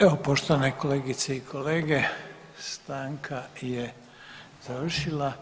Evo poštovane kolegice i kolege, stanka je završila.